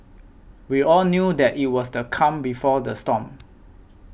we all knew that it was the calm before the storm